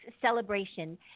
celebration